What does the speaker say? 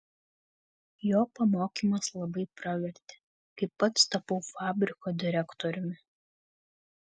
jo pamokymas labai pravertė kai pats tapau fabriko direktoriumi